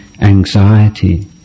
anxiety